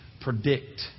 predict